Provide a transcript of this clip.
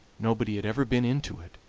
nobody had ever been into it,